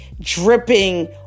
dripping